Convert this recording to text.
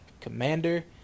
commander